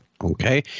Okay